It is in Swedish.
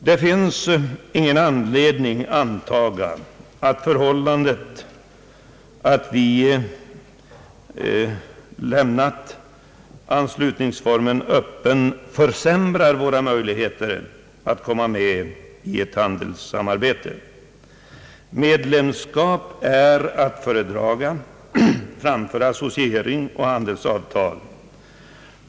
Det finns ingen anledning antaga, att det förhållandet att vi lämnat anslutningsformen öppen försämrar våra möjligheter att komma med i ett handelssamarbete. Medlemskap är att föredraga framför associering och handelsavtal.